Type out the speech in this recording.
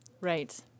Right